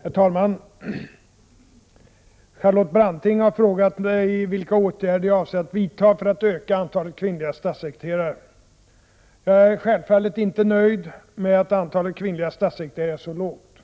Herr talman! Charlotte Branting har frågat mig vilka åtgärder jag avser att vidta för att öka andelen kvinnliga statssekreterare. Jag är självfallet inte nöjd med att antalet kvinnliga statssekreterare är så lågt.